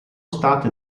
state